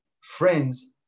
friends